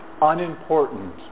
unimportant